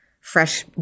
Fresh